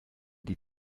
die